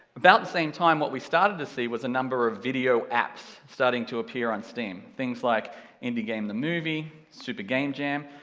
about the same time what we started to see was a number of video apps starting to appear on steam, things like indie game the movie, super game jam,